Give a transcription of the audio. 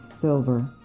silver